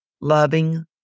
loving